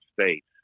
States